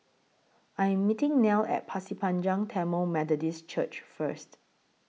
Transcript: I Am meeting Nell At Pasir Panjang Tamil Methodist Church First